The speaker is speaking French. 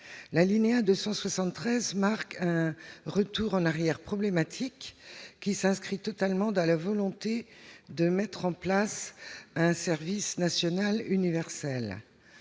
annexé marque un retour en arrière problématique, qui s'inscrit totalement dans la volonté de mettre en place un service national universel.